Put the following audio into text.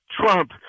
trump